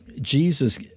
Jesus